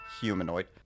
humanoid